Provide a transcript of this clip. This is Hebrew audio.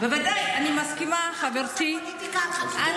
אף אחד לא